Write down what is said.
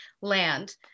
land